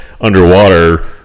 underwater